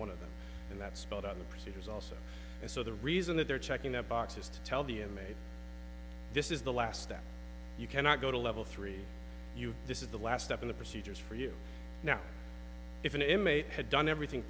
one of them in that spot on the procedures also and so the reason that they're checking that box is to tell the inmate this is the last that you cannot go to level three this is the last step in the procedures for you know if an inmate had done everything